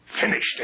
Finished